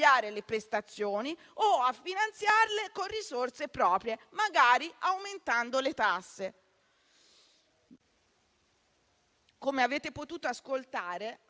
le prestazioni, o a finanziarle con risorse proprie, magari aumentando le tasse. Come avete potuto ascoltare,